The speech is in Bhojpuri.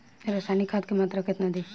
रसायनिक खाद के मात्रा केतना दी?